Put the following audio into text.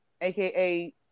aka